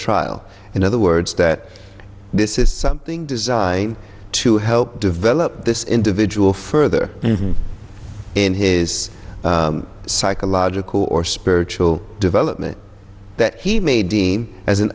trial in other words that this is something designed to help develop this individual further in his psychological or spiritual development that he may deem as an